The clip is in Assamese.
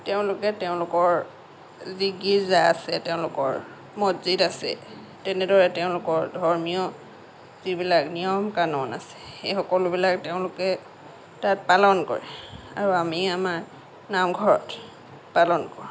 তেওঁলোকে তেওঁলোকৰ যি গীৰ্জা আছে তেওঁলোকৰ মছজিদ আছে তেনেদৰে তেওঁলোকৰ ধৰ্মীয় যিবিলাক নিয়ম কানুন আছে সেই সকলোবিলাক তেওঁলোকে তাত পালন কৰে আৰু আমি আমাৰ নামঘৰত পালন কৰোঁ